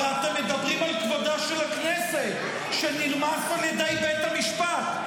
הרי אתם מדברים על כבודה של הכנסת שנרמס על ידי בית המשפט.